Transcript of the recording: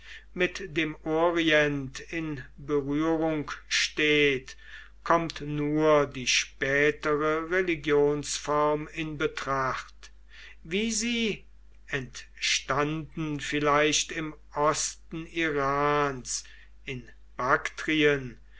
mit dem orient in berührung steht kommt nur die spätere religionsform in betracht wie sie entstanden vielleicht im osten irans in baktrien